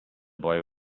boy